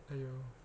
!aiyo!